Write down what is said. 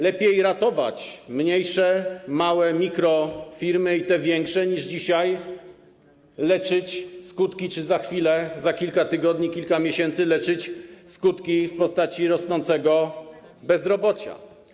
Lepiej ratować mniejsze, małe, mikrofirmy i te większe, niż dzisiaj leczyć skutki czy za chwilę, za kilka tygodni, kilka miesięcy leczyć skutki w postaci rosnącego bezrobocia.